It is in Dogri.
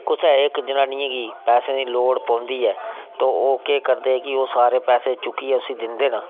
कुसै इक्क जनानियें गी पैसें दी लोड़ पौंदी ऐ ते ओह् केह् करदे के ओह् सारे पैसे चुक्कियै उसी दिंदे न